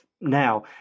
now